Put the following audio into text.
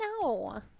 No